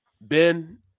Ben